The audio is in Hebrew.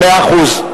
מאה אחוז.